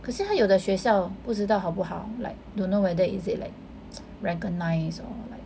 可是他有的学校不知道好不好 like don't know whether is it like recognize or like